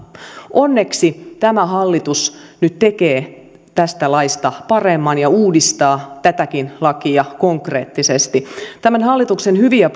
onneksi tämä hallitus nyt tekee tästä laista paremman ja uudistaa tätäkin lakia konkreettisesti tämän hallituksen hyviä